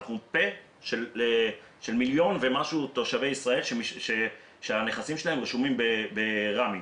אנחנו פה של מיליון ומשהו תושבים שנכסיהם רשומים ברמ"י.